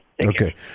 Okay